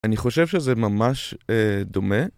אני חושב שזה ממש דומה